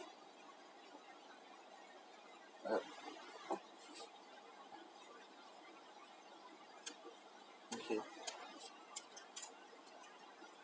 okay